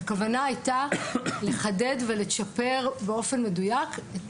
הכוונה הייתה לחדד ולצ'פר באופן מדויק את